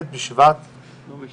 ט' בשבט תשפ"ב.